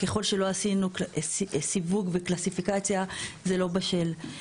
ככל שלא עשינו סיווג וקלסיפיקציה זה לא בשל.